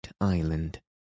Island